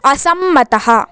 असम्मतः